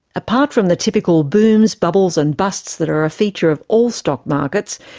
apart from the typical booms, bubbles and busts that are a feature of all stock markets,